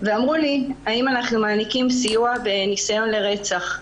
ושאלו אותי האם אנחנו מעניקים סיוע בניסיון לרצח.